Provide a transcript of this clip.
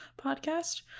podcast